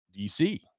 DC